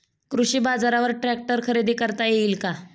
कृषी बाजारवर ट्रॅक्टर खरेदी करता येईल का?